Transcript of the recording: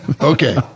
Okay